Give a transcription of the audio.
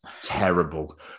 Terrible